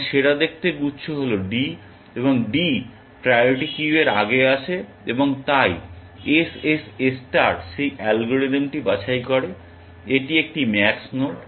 এবং সেরা দেখতে গুচ্ছ হল d এবং d প্রায়োরিটি কিউ এর আগে আসে এবং তাই SSS ষ্টার সেই অ্যালগরিদমটি বাছাই করে এটি একটি ম্যাক্স নোড